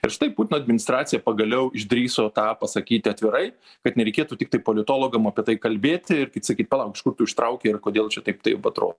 ir štai putino administracija pagaliau išdrįso tą pasakyti atvirai kad nereikėtų tiktai politologam apie tai kalbėti ir kaip sakyt palauk iš kur tu ištraukei ir kodėl čia taip taip atrodo